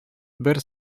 бер